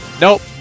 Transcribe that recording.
Nope